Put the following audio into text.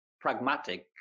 pragmatic